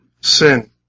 sin